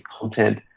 content